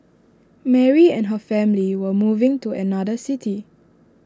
Mary and her family were moving to another city